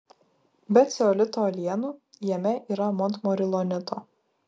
be ceolito uolienų jame yra montmorilonito